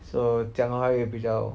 so 讲华语比较